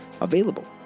available